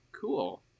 cool